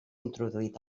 introduït